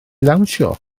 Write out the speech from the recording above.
dawnsio